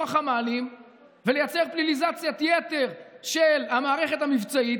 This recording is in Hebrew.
החמ"לים ולייצר פליליזציית-יתר של המערכת המבצעית,